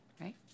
right